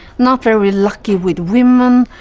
not very lucky with women.